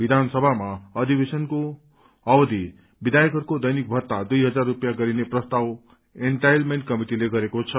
विधानसभा अधिवेशनको अवधि विधायकहरूका दैनिक भत्ता दुई हजार स्पियाँ गरिने प्रस्ताव एनटाईलमेन्ट कमिटिले गरेको छ